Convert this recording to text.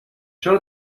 چرا